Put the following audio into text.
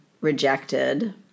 rejected